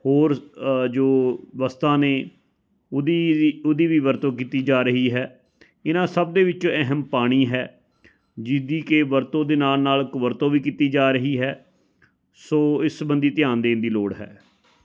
ਹੋਰ ਜੋ ਵਸਤਾਂ ਨੇ ਉਹਦੀ ਉਹਦੀ ਵੀ ਵਰਤੋਂ ਕੀਤੀ ਜਾ ਰਹੀ ਹੈ ਇਹਨਾਂ ਸਭ ਦੇ ਵਿੱਚ ਅਹਿਮ ਪਾਣੀ ਹੈ ਜਿਹਦੀ ਕਿ ਵਰਤੋਂ ਦੇ ਨਾਲ ਨਾਲ ਕੁਵਰਤੋਂ ਵੀ ਕੀਤੀ ਜਾ ਰਹੀ ਹੈ ਸੋ ਇਸ ਸੰਬੰਧੀ ਧਿਆਨ ਦੇਣ ਦੀ ਲੋੜ ਹੈ